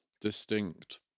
distinct